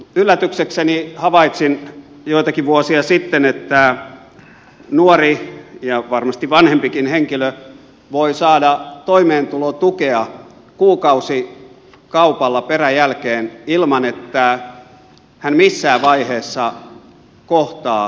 yllätyksekseni havaitsin joitakin vuosia sitten että nuori ja varmasti vanhempikin henkilö voi saada toimeentulotukea kuukausikaupalla peräjälkeen ilman että hän missään vaiheessa kohtaa sosiaalityöntekijän